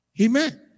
Amen